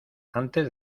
antes